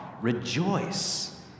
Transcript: rejoice